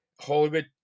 hollywood